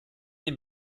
dem